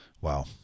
wow